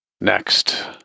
Next